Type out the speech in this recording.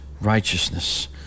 righteousness